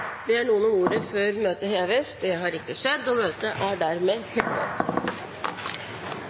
Ber noen om ordet før møtet heves? – Det har ikke skjedd. Møtet er dermed hevet.